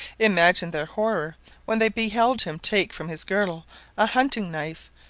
imagine their horror when they beheld him take from his girdle a hunting-knife,